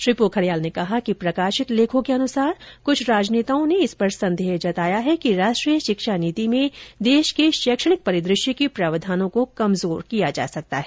श्री पोखरियाल ने कहा कि प्रकाशित लेखों के अनुसार कृष्ठ राजनेताओं ने इस पर संदेह जताया है कि राष्ट्रीय शिक्षा नीति में देश के शैक्षणिक परिदृश्य के प्रावधानों को कमजोर किया जा सकता है